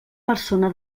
persona